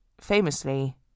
famously